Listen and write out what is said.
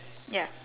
ya